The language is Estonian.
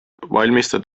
valmista